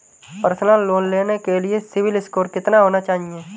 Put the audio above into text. Personal loan लेने के लिए सिबिल स्कोर कितना होना चाहिए?